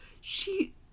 She-